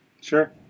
Sure